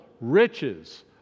riches